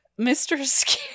Mr